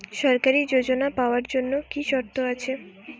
সরকারী যোজনা পাওয়ার জন্য কি কি শর্ত আছে?